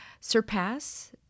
surpass